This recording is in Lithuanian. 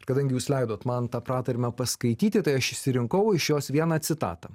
kadangi jūs leidot man tą pratarmę paskaityti tai aš išsirinkau iš jos vieną citatą